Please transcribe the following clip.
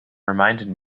reminded